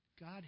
God